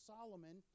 Solomon